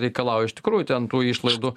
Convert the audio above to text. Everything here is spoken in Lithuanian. reikalauja iš tikrųjų ten tų išlaidų